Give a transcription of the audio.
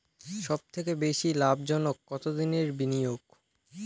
সবথেকে বেশি লাভজনক কতদিনের বিনিয়োগ?